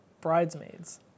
Bridesmaids